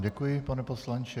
Děkuji vám, pane poslanče.